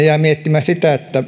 jään miettimään sitä